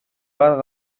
bat